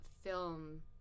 film